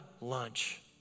lunch